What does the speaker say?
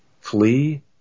flee